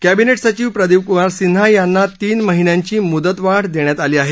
cabinet सचिव प्रदीप कुमार सिन्हा यांना तीन महिन्यांची मुदतवाढ देण्यात आली आहे